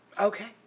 Okay